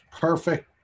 perfect